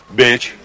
bitch